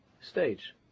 stage